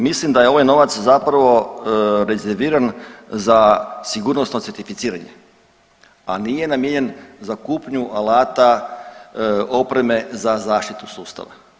Mislim da je ovaj novac zapravo rezerviran za sigurnosno certificiranje, a nije namijenjen za kupnju alata, opreme za zaštitu sustava.